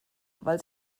weil